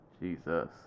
Jesus